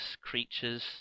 creatures